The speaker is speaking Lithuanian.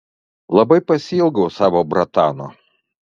labai pasiilgau savo bratano